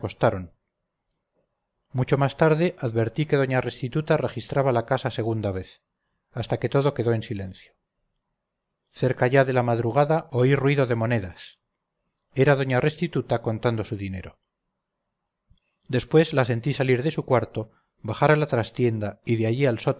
mucho más tarde advertí que doña restituta registraba la casa segunda vez hasta que todo quedó en silencio cerca ya de la madrugada oí ruido de monedas era doña restituta contando su dinero después la sentí salir de su cuarto bajar a la trastienda y de allí al